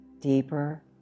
deeper